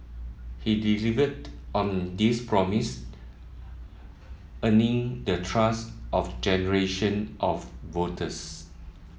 he delivered on this promise earning the trust of generation of voters